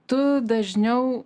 tu dažniau